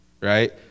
right